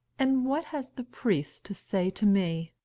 and what has the priest to say to me?